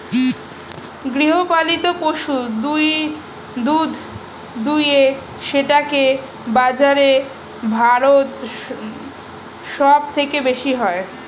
গৃহপালিত পশু দুধ দুয়ে সেটাকে বাজারে ভারত সব থেকে বেশি হয়